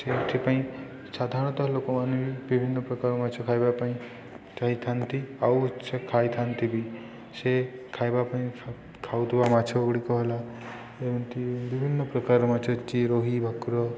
ସେଥିପାଇଁ ସାଧାରଣତଃ ଲୋକମାନେ ବି ବିଭିନ୍ନ ପ୍ରକାର ମାଛ ଖାଇବା ପାଇଁ ଯାଇଥାନ୍ତି ଆଉ ସେ ଖାଇଥାନ୍ତି ବି ସେ ଖାଇବା ପାଇଁ ଖାଉଥିବା ମାଛଗୁଡ଼ିକ ହେଲା ଏମିତି ବିଭିନ୍ନ ପ୍ରକାର ମାଛ ଅଛିି ରୁହି ଭାକୁର